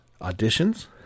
auditions